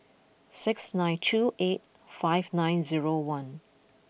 six nine two eight five nine zero one